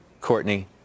Courtney